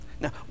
now